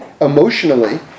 emotionally